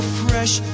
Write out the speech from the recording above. fresh